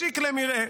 משיק למרעה.